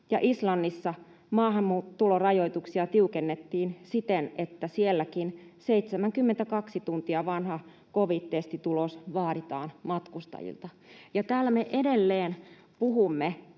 ja Islannissa maahantulorajoituksia tiukennettiin siten, että sielläkin 72 tuntia vanha covid-testitulos vaaditaan matkustajilta. Ja täällä me edelleen puhumme